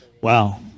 Wow